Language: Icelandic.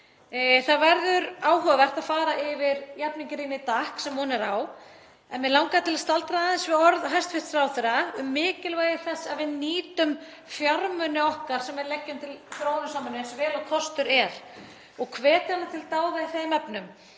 Það verður áhugavert að fara yfir jafningjarýni DAC sem von er á. En mig langar til að staldra aðeins við orð hæstv. ráðherra um mikilvægi þess að við nýtum fjármuni okkar sem við leggjum til þróunarsamvinnu eins vel og kostur er og hvetja hana til dáða í þeim efnum.